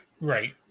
Right